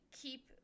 keep